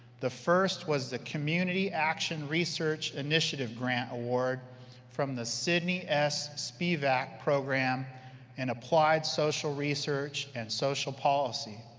the first was the community action research initiative grant award from the sydney s. spivack program in applied social research and social policy,